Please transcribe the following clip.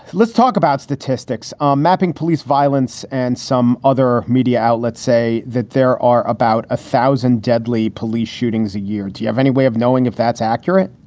let's talk about statistics are mapping police violence. and some other media outlets say that there are about a thousand deadly police shootings a year. do you have any way of knowing if that's accurate?